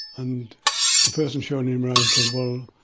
and the person showing him around said, well,